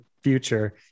future